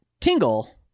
Tingle